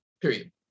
period